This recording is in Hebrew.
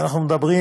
אנחנו מדברים